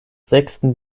sechsten